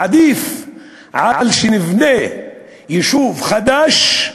עדיף על כך שנבנה יישוב חדש.